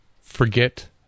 forget